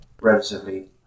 relatively